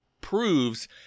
proves